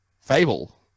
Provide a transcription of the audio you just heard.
Fable